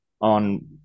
on